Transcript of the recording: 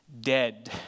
dead